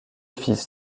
fils